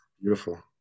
beautiful